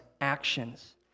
actions